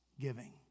giving